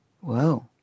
Whoa